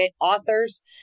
authors